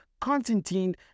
Constantine